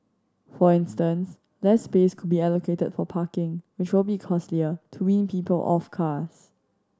for instance less space could be allocated for parking which will be costlier to wean people off cars